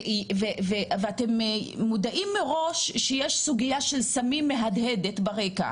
ואתם מודעים מראש שיש סוגיה של סמים מהדהדת ברקע,